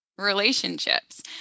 relationships